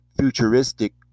futuristic